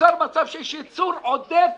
נוצר מצב שיש ייצור עודף